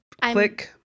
Click